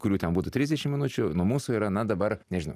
kurių ten būtų trisdešim minučių nuo mūsų yra na dabar nežinau